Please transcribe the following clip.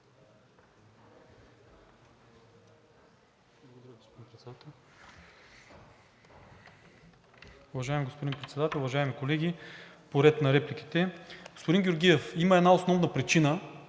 Уважаеми господин Председател, уважаеми колеги! По реда на репликите. Господин Георгиев, има една основна причина